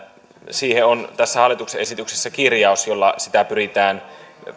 siihen on hallituksen esityksessä kirjaus jolla sitä pyritään